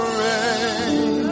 rain